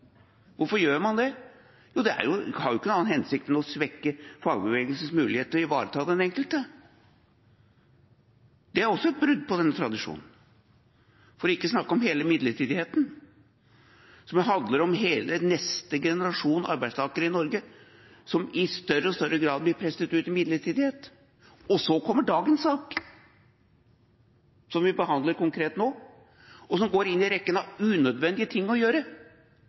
Hvorfor gjør man det? Det har ingen annen hensikt enn å svekke fagbevegelsens mulighet til å ivareta den enkelte. Det er også et brudd på denne tradisjonen. For ikke å snakke om hele midlertidigheten, som handler om hele neste generasjon arbeidstakere i Norge, som i større og større grad blir presset ut i midlertidighet. Og så kommer dagens sak, som vi konkret behandler nå, og som går inn i rekken av unødvendige ting å gjøre.